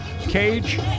Cage